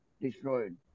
destroyed